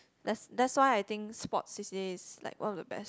that's that's why I think sports C_C_A is like one of the best